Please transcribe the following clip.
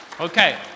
Okay